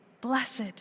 Blessed